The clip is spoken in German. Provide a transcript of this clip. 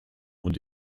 und